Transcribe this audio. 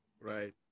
Right